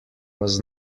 was